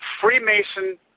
Freemason